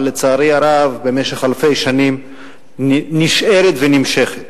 אבל לצערי הרב במשך אלפי שנים נשארת ונמשכת.